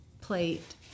plate